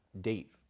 date